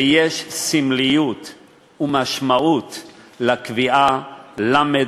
ויש סמליות ומשמעות לקביעה ל'